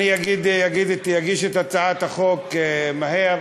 אגיש את הצעת החוק מהר,